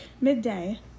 midday